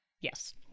Yes